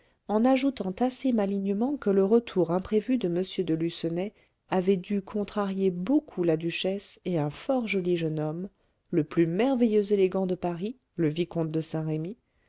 en ajoutant assez malignement que le retour imprévu de m de lucenay avait dû contrarier beaucoup la duchesse et un fort joli jeune homme le plus merveilleux élégant de paris le vicomte de saint-remy